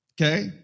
Okay